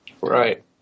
Right